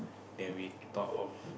that we talk of